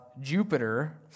Jupiter